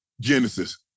Genesis